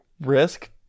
risk